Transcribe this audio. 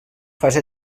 fase